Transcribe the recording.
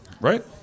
right